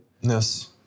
Yes